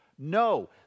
No